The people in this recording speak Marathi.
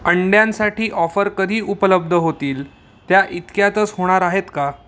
अंड्यांसाठी ऑफर कधी उपलब्ध होतील त्या इतक्यातच होणार आहेत का